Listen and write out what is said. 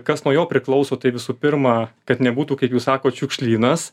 kas nuo jo priklauso tai visų pirma kad nebūtų kaip jūs sakot šiukšlynas